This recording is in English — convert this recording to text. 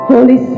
Holy